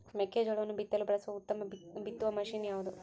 ಮೆಕ್ಕೆಜೋಳವನ್ನು ಬಿತ್ತಲು ಬಳಸುವ ಉತ್ತಮ ಬಿತ್ತುವ ಮಷೇನ್ ಯಾವುದು?